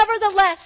nevertheless